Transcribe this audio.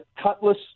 cutlass